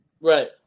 right